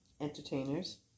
entertainers